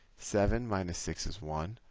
seven minus six is one.